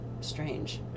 strange